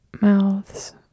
Mouths